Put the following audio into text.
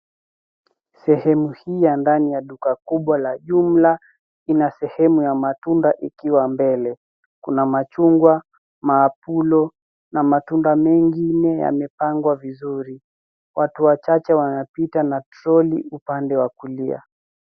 Sehemu hii ya ndani duka kubwa la jumla, ina sehemu ya matunda ikiwa mbele. Kuna majungwa, maabulo na matunda mengine yamepangwa vizuri. Watu wachache wanapita na troli upande wa kulia.